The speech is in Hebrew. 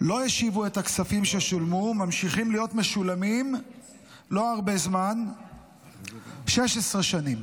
לא השיבו את הכספים ששולמו וממשיכים להיות משולמים לא הרבה זמן 16 שנים?